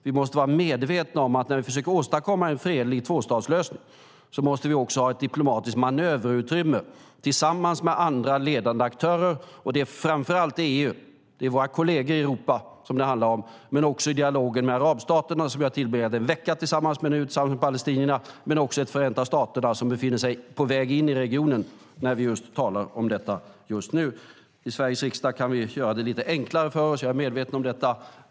Vi måste vara medvetna om att vi när vi ska försöka åstadkomma en fredlig tvåstatslösning också måste ha ett diplomatiskt manöverutrymme tillsammans med andra ledande aktörer. Det är framför allt EU, våra kolleger i Europa, som det handlar om. Men det är också dialogen med arabstaterna, som vi nu har tillbringat en vecka med tillsammans med palestinierna, och det är Förenta staterna, som befinner sig på väg in i regionen när vi talar om detta just nu. I Sveriges riksdag kan vi göra det lite enklare för oss - jag är medveten om detta.